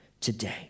today